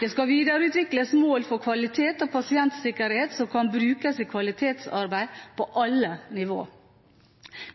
Det skal videreutvikles mål for kvalitet og pasientsikkerhet som kan brukes i kvalitetsarbeidet på alle nivåer.